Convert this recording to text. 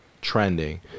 trending